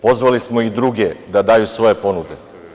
Pozvali smo i druge da daju svoje ponude.